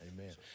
Amen